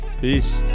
Peace